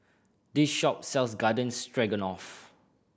this shop sells Garden Stroganoff